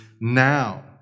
now